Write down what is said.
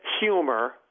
humor